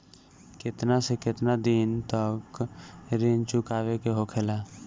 केतना से केतना दिन तक ऋण चुकावे के होखेला?